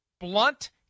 blunt